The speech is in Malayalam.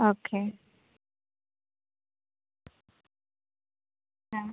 ഓക്കെ ആ